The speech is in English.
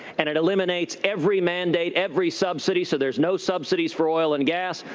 and it eliminates every mandate, every subsidy, so there's no subsidies for oil and gas,